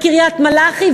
קריית-מלאכי,